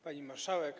Pani Marszałek!